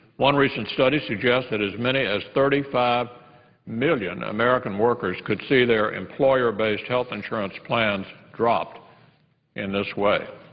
one recent study suggests that as many as thirty five million american workers could see their employer-based health insurance plans dropped in this way.